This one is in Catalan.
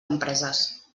empreses